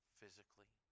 physically